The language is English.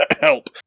Help